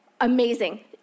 amazing